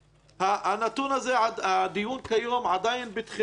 הדיון כיום עדיין בתחילתו.